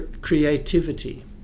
creativity